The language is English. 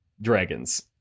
dragons